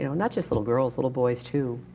you know not just little girls, little boys too.